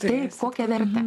taip kokią vertę